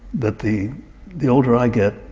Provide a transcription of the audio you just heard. that the the older i get,